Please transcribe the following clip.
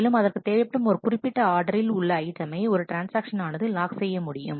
மேலும் அதற்கு தேவைப்படும் ஒரு குறிப்பிட்ட ஆர்டரில் உள்ள ஐட்டமை ஒரு ட்ரான்ஸ்ஆக்ஷன் ஆனது லாக் செய்ய முடியும்